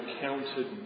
counted